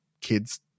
kids